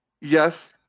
Yes